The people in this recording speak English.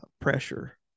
pressure